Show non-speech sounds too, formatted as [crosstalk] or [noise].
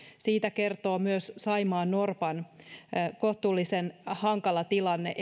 siitä kertoo myös saimaannorpan edelleen kohtuullisen hankala tilanne [unintelligible]